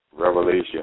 Revelation